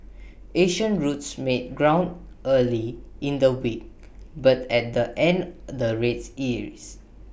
Asian routes made ground early in the week but at the end the rates eased